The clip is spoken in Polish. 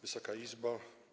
Wysoka Izbo!